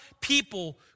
people